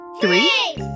Three